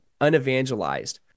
unevangelized